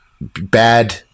bad